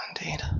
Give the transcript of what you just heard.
Indeed